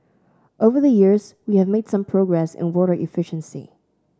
over the years we have made some progress in water efficiency